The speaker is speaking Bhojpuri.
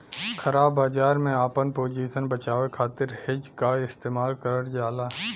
ख़राब बाजार में आपन पोजीशन बचावे खातिर हेज क इस्तेमाल करल जाला